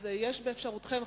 אז יש באפשרותכם,